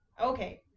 Okay